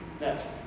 Next